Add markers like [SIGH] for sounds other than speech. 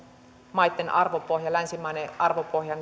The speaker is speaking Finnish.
maitten arvopohja länsimainen arvopohja [UNINTELLIGIBLE]